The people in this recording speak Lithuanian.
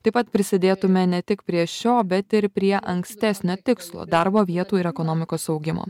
taip pat prisidėtume ne tik prie šio bet ir prie ankstesnio tikslo darbo vietų ir ekonomikos augimo